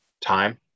time